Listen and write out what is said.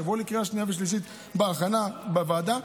שיבואו לקריאה השנייה והשלישית בהכנה בוועדה,